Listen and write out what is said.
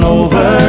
over